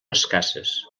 escasses